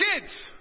kids